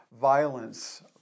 Violence